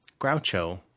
Groucho